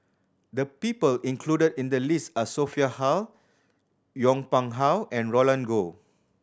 the people included in the list are Sophia Hull Yong Pung How and Roland Goh